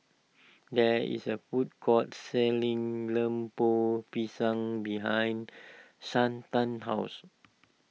there is a food court selling Lemper Pisang behind Shanta's house